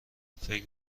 فکر